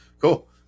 cool